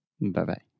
Bye-bye